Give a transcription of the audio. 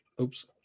oops